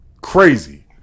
Crazy